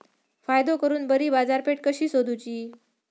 फायदो करून बरी बाजारपेठ कशी सोदुची?